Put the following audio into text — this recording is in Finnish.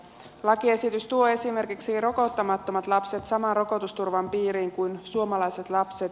lakiesitys tuo esimerkiksi rokottamattomat lapset saman rokotusturvan piiriin kuin suomalaiset lapset